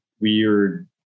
weird